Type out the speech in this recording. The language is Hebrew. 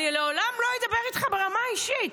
אני לעולם לא אדבר איתך ברמה האישית.